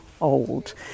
old